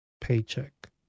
paycheck